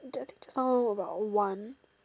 that thing sound about one